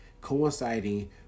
coinciding